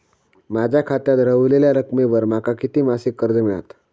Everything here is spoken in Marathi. माझ्या खात्यात रव्हलेल्या रकमेवर माका किती मासिक कर्ज मिळात?